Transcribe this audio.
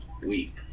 week